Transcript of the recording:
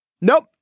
nope